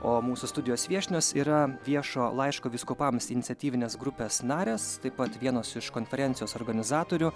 o mūsų studijos viešnios yra viešo laiško vyskupams iniciatyvinės grupės narės taip pat vienos iš konferencijos organizatorių